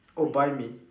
oh buy me